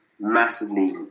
massively